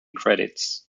credits